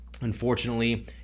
unfortunately